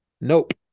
Nope